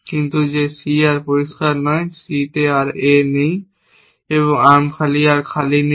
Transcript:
কিন্তু যে C আর পরিষ্কার নয় C আর A তে নেই এবং আর্ম আর খালি নেই